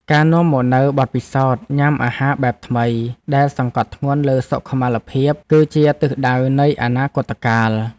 ការនាំមកនូវបទពិសោធន៍ញ៉ាំអាហារបែបថ្មីដែលសង្កត់ធ្ងន់លើសុខុមាលភាព គឺជាទិសដៅនៃអនាគតកាល។